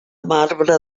marbre